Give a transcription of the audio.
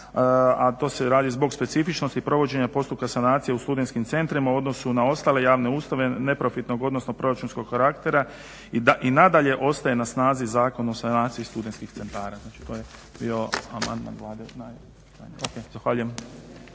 a to se radi zbog specifičnosti provođenja postupka sanacije u studentskim centrima u odnosu na ostale javne ustanove neprofitnog, odnosno proračunskog karaktera i nadalje ostaje na snazi Zakon o sanaciji studentskih centara, znači to je bio amandman Vlade. Zahvaljujem.